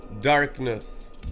darkness